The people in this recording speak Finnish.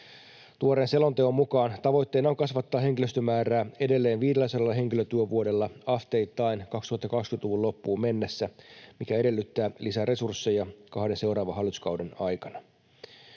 Tuoreen selonteon mukaan tavoitteena on kasvattaa henkilöstömäärää edelleen 500 henkilötyövuodella asteittain 2020-luvun loppuun mennessä, mikä edellyttää lisäresursseja kahden seuraavan hallituskauden aikana.